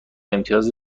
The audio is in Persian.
امتیاز